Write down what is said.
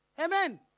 Amen